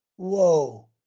Whoa